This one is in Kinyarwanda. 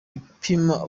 ipima